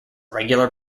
regular